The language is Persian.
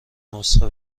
نسخه